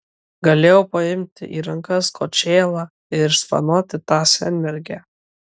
galėjau paimti į rankas kočėlą ir išvanoti tą senmergę